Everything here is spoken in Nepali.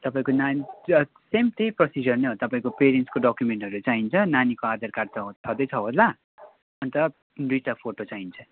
तपाईँको नानीको सेम त्यही प्रोसिजर नै हो तपाईँको पेरेन्ट्सको डकुमेन्ट्सहरू चाहिन्छ नानीको आधार कार्ड त छँदै छ होला अन्त दुईवटा फोटो चाहिन्छ